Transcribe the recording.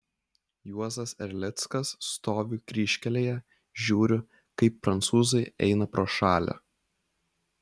juozas erlickas stoviu kryžkelėje žiūriu kaip prancūzai eina pro šalį